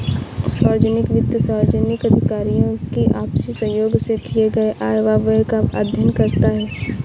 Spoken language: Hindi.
सार्वजनिक वित्त सार्वजनिक अधिकारियों की आपसी सहयोग से किए गये आय व व्यय का अध्ययन करता है